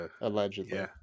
Allegedly